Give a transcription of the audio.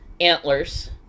antlers